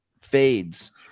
fades